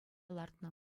лартнӑ